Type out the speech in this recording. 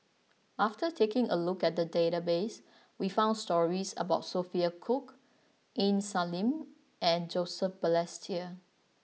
after taking a look at the database we found stories about Sophia Cooke Aini Salim and Joseph Balestier